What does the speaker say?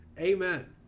Amen